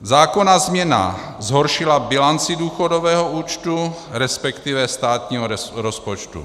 Zákonná změna zhoršila bilanci důchodového účtu, resp. státního rozpočtu.